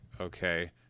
okay